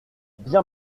bien